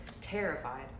terrified